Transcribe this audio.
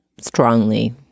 Strongly